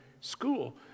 school